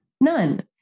None